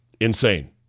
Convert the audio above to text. Insane